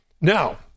Now